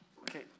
Okay